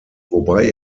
wobei